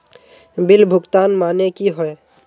Bill भुगतान माने की होय?